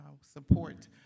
support